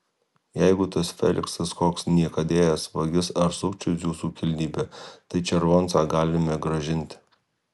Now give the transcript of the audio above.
jeigu tas feliksas koks niekadėjas vagis ar sukčius jūsų kilnybe tai červoncą galime grąžinti